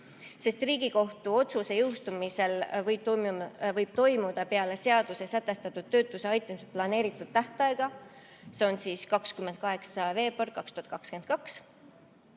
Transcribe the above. Riigikohtu otsuse jõustumine võib toimuda peale seaduses sätestatud töötuse aitamiseks planeeritud tähtaega, s.o 28. veebruar 2022.